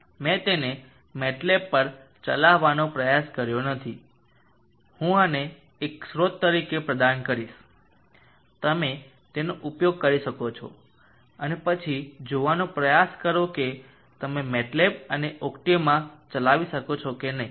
મેં તેને MATLAB પર ચલાવવાનો પ્રયાસ કર્યો નથી હું આને એક સ્રોત તરીકે પ્રદાન કરીશ તમે તેનો પ્રયોગ કરી શકો છો અને પછી એ જોવાનો પ્રયાસ કરો કે તમે MATLAB અને ઓક્ટેવમાં ચલાવી શકો કે નહીં